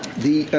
the